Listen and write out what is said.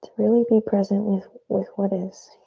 really be present with with what is.